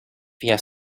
via